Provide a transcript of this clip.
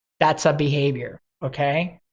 that's a behavior, okay?